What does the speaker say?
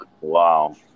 wow